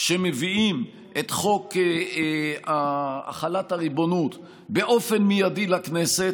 שמביאים את חוק החלת הריבונות באופן מיידי לכנסת.